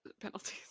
penalties